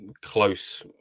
Close